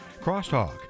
Crosstalk